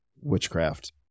witchcraft